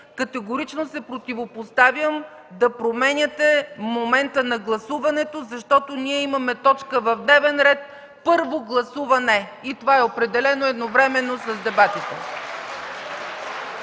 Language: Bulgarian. категорично се противопоставям да променяте момента на гласуването, защото ние имаме точка от дневния ред „Първо гласуване” и това е определено едновременно с дебатите!